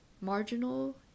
marginal